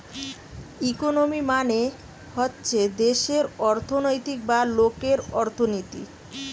economy মানে হচ্ছে দেশের অর্থনৈতিক বা লোকের অর্থনীতি